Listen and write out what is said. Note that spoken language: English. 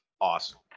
awesome